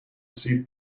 seed